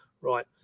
Right